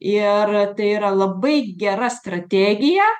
ir tai yra labai gera strategija